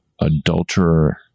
adulterer